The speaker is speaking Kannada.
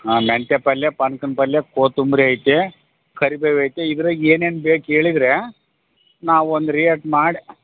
ಹಾಂ ಮೆಂತ್ಯೆ ಪಲ್ಲೆ ಪನ್ಕನ ಪಲ್ಲೆ ಕೊತ್ತಂಬ್ರಿ ಐತೆ ಕರ್ಬೇವು ಐತೆ ಇದರಾಗೆ ಏನೇನು ಬೇಕು ಹೇಳಿದರೆ ನಾವು ಒಂದು ರೇಟ್ ಮಾಡಿ